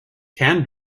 can